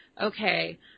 okay